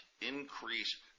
increase